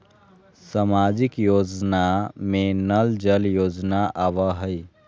सामाजिक योजना में नल जल योजना आवहई?